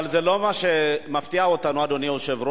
אבל זה לא מפתיע אותנו, אדוני היושב-ראש.